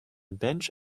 bench